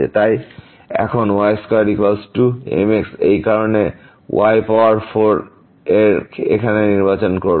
তাই এখন এই y2 mx এইকারণে y পাওয়ার 4 এর এখানে নির্বাচন করুন